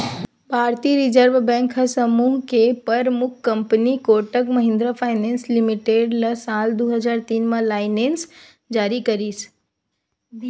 भारतीय reserve bank ह समूह के परमुख company Kotak Mahindra finance limited ल साल दू हजार तीन म लाइनेंस जारी करिस